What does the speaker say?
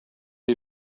you